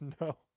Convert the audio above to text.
no